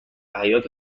حیاط